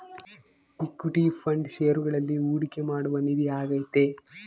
equity fund ಷೇರುಗಳಲ್ಲಿ ಹೂಡಿಕೆ ಮಾಡುವ ನಿಧಿ ಆಗೈತೆ